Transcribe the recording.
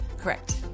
Correct